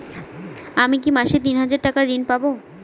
আমি কি মাসে তিন হাজার টাকার ঋণ পাবো?